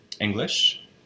English